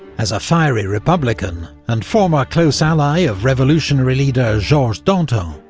as a fiery republican, and former close ally of revolutionary leader georges danton,